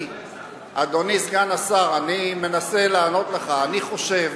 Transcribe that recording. אדוני סגן השר, אני מנסה לענות לך, אני חושב